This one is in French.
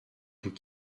tout